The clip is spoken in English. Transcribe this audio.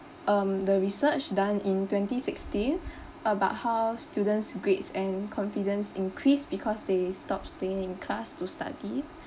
um the research done in twenty sixteen about how students' grades and confidence increased because they stopped staying in class to study